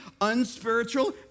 unspiritual